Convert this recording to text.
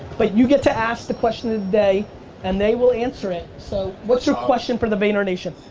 but you get to ask the question of the day and they will answer it so what's your question for the vayner nation?